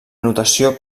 notació